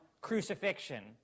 crucifixion